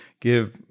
give